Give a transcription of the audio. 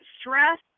stress